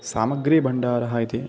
सामग्रीभण्डारः इति